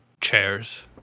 Chairs